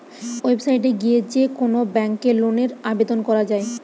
website এ গিয়ে যে কোন ব্যাংকে লোনের আবেদন করা যায়